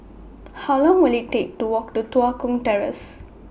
How Long Will IT Take to Walk to Tua Kong Terrace